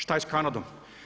Šta je s Kanadom?